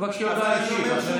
הוא הזכיר את זה 17 פעם.